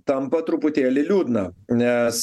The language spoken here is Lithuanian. tampa truputėlį liūdna nes